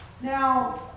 Now